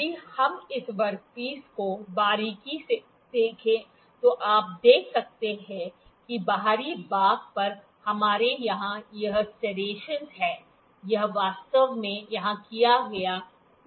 यदि हम इस वर्कपीस को बारीकी से देखें तो आप देख सकते हैं कि बाहरी भाग पर हमारे यहाँ यह सेरेशंस हैं यह वास्तव में यहाँ किया गया कनौर्लिंग है